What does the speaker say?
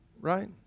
right